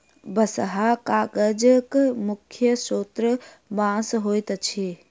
बँसहा कागजक मुख्य स्रोत बाँस होइत अछि